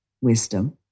wisdom